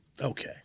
okay